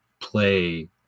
play